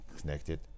connected